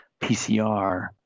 PCR